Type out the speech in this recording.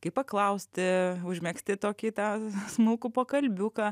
kaip paklausti užmegzti tokį tą smulkų pokalbiuką